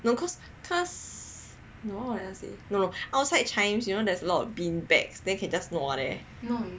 no cause cause no what I want to say you know cause outside Chijmes there is a lot of bean bags so you can just nua there